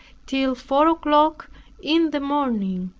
till four o'clock in the morning,